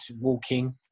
walking